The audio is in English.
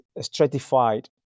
stratified